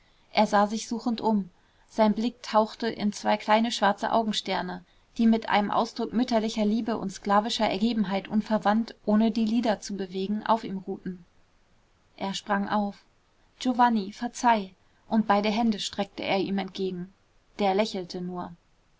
er sah sich suchend um sein blick tauchte in zwei kleine schwarze augensterne die mit einem ausdruck mütterlicher liebe und sklavischer ergebenheit unverwandt ohne die lider zu bewegen auf ihm ruhten er sprang auf giovanni verzeih und beide hände streckte er ihm entgegen der lächelte nur